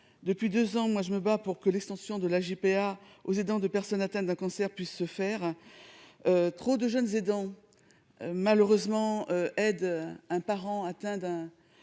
depuis 2 ans, moi je me bats pour que l'extension de la JPA aux aidants de personnes atteintes d'un cancer puissent se faire trop de jeunes aidant, malheureusement aident un parent atteint d'un d'un